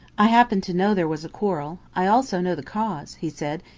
i happen to know there was a quarrel. i also know the cause, he said,